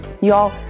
Y'all